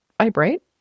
vibrate